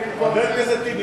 חבר הכנסת טיבי,